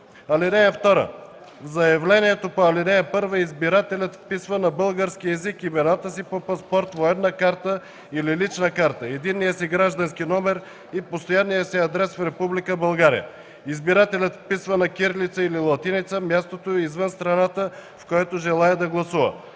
лице. (2) В заявлението по ал. 1 избирателят вписва на български език имената си по паспорт, военна карта или лична карта, единния си граждански номер и постоянния си адрес в Република България. Избирателят вписва на кирилица или латиница мястото извън страната, в което желае да гласува.